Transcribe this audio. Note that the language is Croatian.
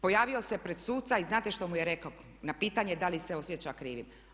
Pojavio se pred suca i znate što mu je rekao na pitanje da li se osjeća krivim?